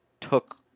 took